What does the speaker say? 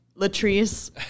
Latrice